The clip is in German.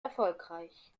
erfolgreich